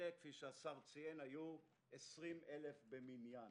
אלה, כפי שהשר ציין, היו 20,000 במניין.